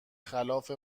خلاف